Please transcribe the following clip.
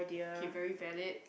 okay very valid